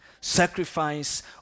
Sacrifice